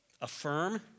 affirm